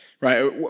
right